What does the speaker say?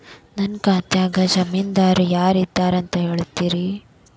ನನ್ನ ಖಾತಾದ್ದ ಜಾಮೇನದಾರು ಯಾರ ಇದಾರಂತ್ ಹೇಳ್ತೇರಿ?